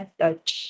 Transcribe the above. touch